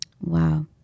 Wow